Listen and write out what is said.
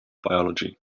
biology